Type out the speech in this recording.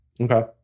Okay